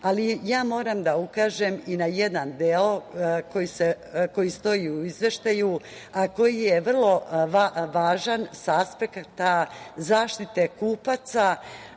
zemlja. Moram da ukažem i na jedan deo koji stoji u izveštaju, a koji je vrlo važan sa aspekta zaštite kupaca,